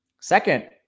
Second